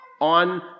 on